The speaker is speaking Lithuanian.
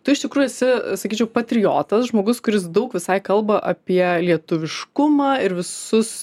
tu iš tikrųjų esi sakyčiau patriotas žmogus kuris daug visai kalba apie lietuviškumą ir visus